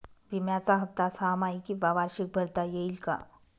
विम्याचा हफ्ता सहामाही किंवा वार्षिक भरता येईल का?